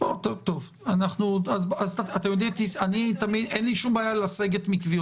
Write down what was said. זה לא נכון.